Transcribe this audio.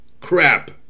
crap